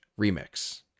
Remix